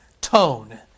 tone